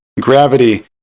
Gravity